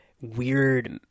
weird